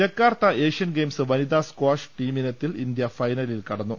Jakarta Asian Games വനിതാ squash ടീമിനത്തിൽ India ഫൈനലിൽ കടന്നു